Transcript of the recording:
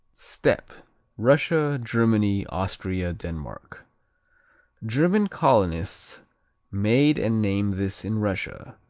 steppe russia, germany, austria, denmark german colonists made and named this in russia.